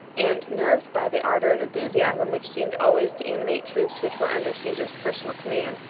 and nerved by the ardor and enthusiasm which seemed always to animate troops which were under caesar's personal command,